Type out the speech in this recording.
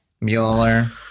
Mueller